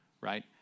right